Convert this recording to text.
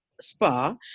Spa